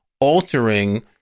altering